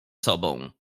sobą